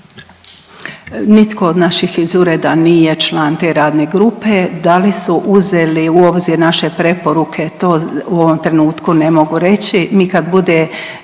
Nitko od naših iz ureda nije član te radne grupe, da li su uzeli u obzir naše preporuke to u ovom trenutku ne mogu reći,